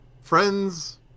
friends